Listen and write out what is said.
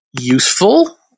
useful